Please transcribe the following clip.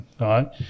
right